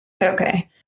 Okay